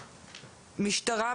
המשטרה,